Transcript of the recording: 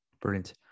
Brilliant